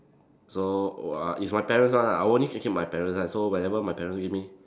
so uh is my parents one ah I only can keep my parents one so whenever my parents give me